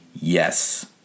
yes